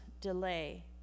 delay